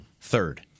Third